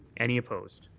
any opposed?